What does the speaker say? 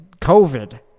COVID